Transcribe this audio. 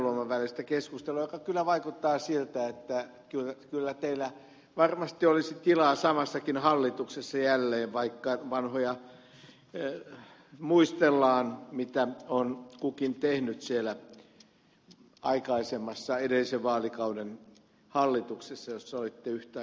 heinäluoman välistä keskustelua joka kyllä vaikuttaa siltä että teillä varmasti olisi tilaa samassakin hallituksessa jälleen vaikka vanhoja muistellaan mitä on kukin tehnyt siellä aikaisemmassa edellisen vaalikauden hallituksessa jossa olitte yhtä aikaa ministereinä